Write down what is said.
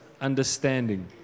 understanding